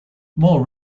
more